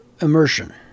immersion